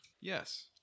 Yes